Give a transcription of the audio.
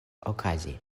okazi